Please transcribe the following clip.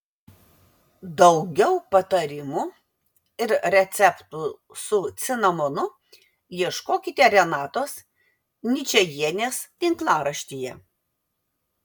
daugiau patarimų ir receptų su cinamonu ieškokite renatos ničajienės tinklaraštyje